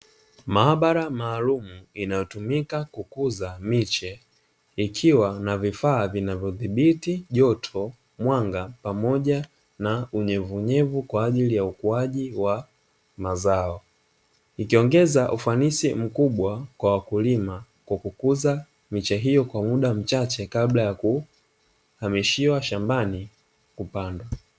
Maabara maalumu inayotumika kukuza miche, ikiwa na vifaa vinavyodhibiti joto mwanga pamoja na unyevunyevu kwa ajili ya ukuaji wa mazao, ikiongeza ufanisi mkubwa kwa wakulima kwa kukuza miche hiyo kwa muda mchache kabla ya kuamishiwa shambani kupandwa.